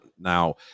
Now